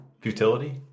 futility